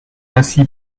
ainsi